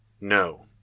No